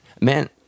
man